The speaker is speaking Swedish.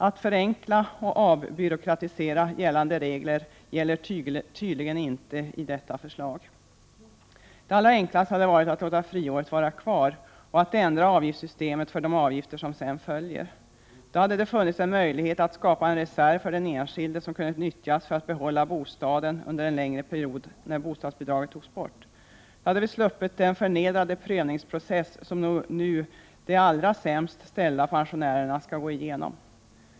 Att förenkla och avbyråkratisera gällande regler gäller tydligen inte detta förslag. Det allra enklaste hade varit att låta friåret vara kvar och att ändra avgiftssystemet för de avgifter som sedan följer. Då hade det funnits en möjlighet att skapa en reserv för den enskilde, som kunnat nyttjas för att behålla bostaden under en längre period när bostadsbidraget togs bort. Då hade vi sluppit den förnedrande prövningsprocess som nu de allra sämst ställda pensionärerna skall gå igenom.